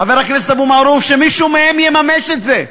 חבר הכנסת אבו מערוף, שמישהו מהם יממש את זה.